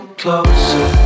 closer